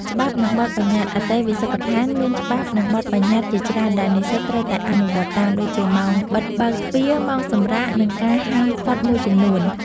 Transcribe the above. ច្បាប់ និងបទប្បញ្ញត្តិ អន្តេវាសិកដ្ឋានមានច្បាប់ និងបទប្បញ្ញត្តិជាច្រើនដែលនិស្សិតត្រូវតែអនុវត្តតាម ដូចជាម៉ោងបិទបើកទ្វារ ម៉ោងសម្រាក និងការហាមឃាត់មួយចំនួន។